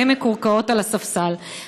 והן מקורקעות על הספסל.